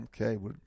Okay